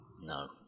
No